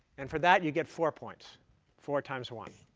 and for that, you get four points four times one.